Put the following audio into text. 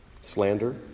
Slander